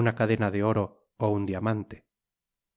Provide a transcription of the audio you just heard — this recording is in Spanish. una cadena de re ó un diamante